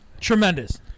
Tremendous